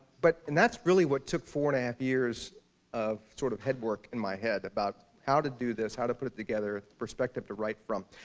but and that's really what took four and a half years of sort of head work in my head about how to do this, how to put it together, perspective to write from.